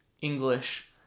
English